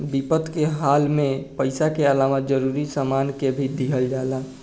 विपद के हाल में पइसा के अलावे जरूरी सामान के भी दिहल जाला